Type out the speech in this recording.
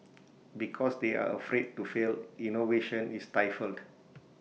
because they are afraid to fail innovation is stifled